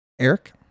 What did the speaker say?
Eric